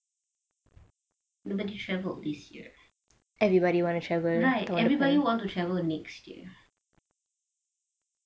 nobody travelled this year everybody want to travel next year